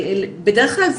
ובדרך כלל,